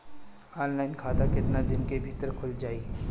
Online खाता केतना दिन के भीतर ख़ुल जाई?